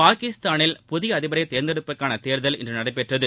பாகிஸ்தானில் புதிய அதிபரை தேர்ந்தெடுப்பதற்கான தேர்தல் இன்று நடைபெற்றது